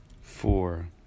four